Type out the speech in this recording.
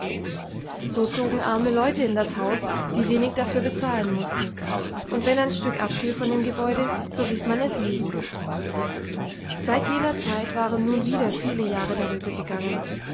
so zogen arme leute in das haus die wenig dafür bezahlen mußten und wenn ein stück abfiel von dem gebäude so ließ man es liegen seit jener zeit waren nun wieder viele jahre darübergegangen